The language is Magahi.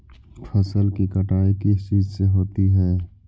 फसल की कटाई किस चीज से होती है?